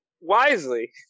wisely